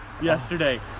yesterday